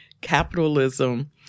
capitalism